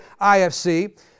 IFC